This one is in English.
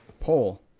Pole